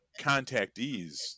contactees